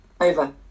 Over